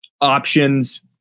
options